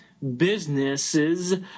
Businesses